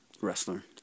Wrestler